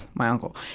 my uncle.